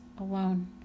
alone